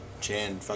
Chan